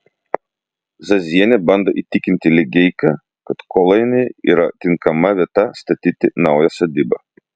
zazienė bando įtikinti ligeiką kad kolainiai yra tinkama vieta statyti naują sodybą